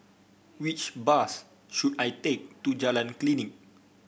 which bus should I take to Jalan Klinik